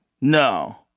no